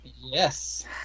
Yes